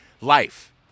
life